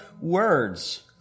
words